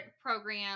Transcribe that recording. program